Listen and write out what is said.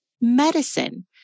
medicine